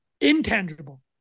intangible